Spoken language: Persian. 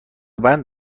بند